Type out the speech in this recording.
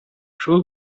шул